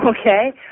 Okay